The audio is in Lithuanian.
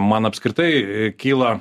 man apskritai kyla